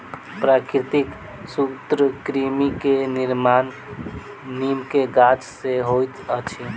प्राकृतिक सूत्रकृमि के निर्माण नीम के गाछ से होइत अछि